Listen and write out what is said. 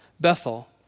Bethel